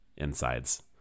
insides